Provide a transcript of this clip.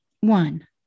one